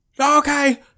okay